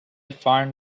find